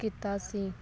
ਕੀਤਾ ਸੀ